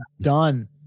done